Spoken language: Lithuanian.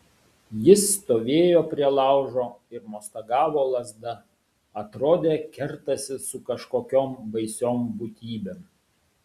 jis stovėjo prie laužo ir mostagavo lazda atrodė kertasi su kažkokiom baisiom būtybėm